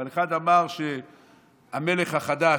אבל אחד אמר שהמלך החדש,